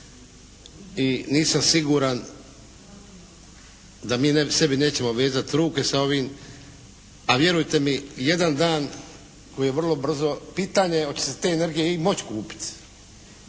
i nisam siguran da mi sebi nećemo vezati ruke sa ovim. A vjerujte mi jedan dan koji je vrlo brzo pitanje je hoće se te energije i moći kupiti?